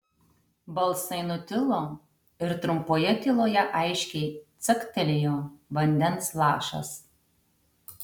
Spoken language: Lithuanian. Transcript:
balsai nutilo ir trumpoje tyloje aiškiai caktelėjo vandens lašas